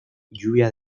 lluvia